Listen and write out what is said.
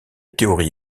théorie